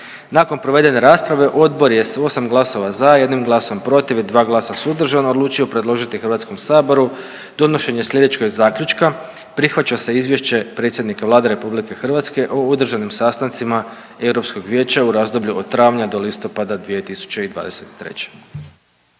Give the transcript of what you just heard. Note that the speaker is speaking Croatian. Nakon provedene rasprave odbor je s 8 glasova za, 1 glasom protiv i 2 glasa suzdržana, odlučio predložiti Hrvatskom saboru donošenje slijedećeg zaključka. Prihvaća se izvješće predsjednika Vlade RH o održanim sastancima Europskog vijeća u razdoblju od travnja do listopada 2023.